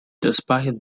despite